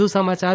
વધુ સમાચાર